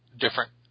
different